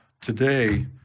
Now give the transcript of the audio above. today